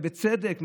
ובצדק,